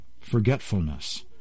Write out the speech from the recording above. forgetfulness